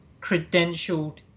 credentialed